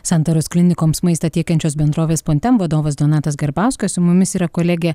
santaros klinikoms maistą tiekiančios bendrovės pontem vadovas donatas garbauskas su mumis yra kolegė